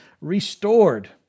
restored